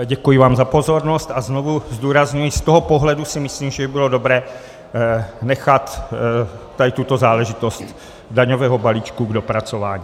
Děkuji vám za pozornost a znovu zdůrazňuji, z toho pohledu si myslím, že by bylo dobré nechat tuto záležitost daňového balíčku k dopracování.